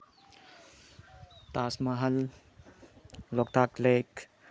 ꯇꯥꯖ ꯃꯍꯜ ꯂꯣꯛꯇꯥꯛ ꯂꯦꯛ